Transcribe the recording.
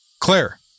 Claire